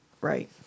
Right